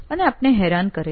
અને આપને હેરાન કરે છે